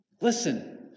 Listen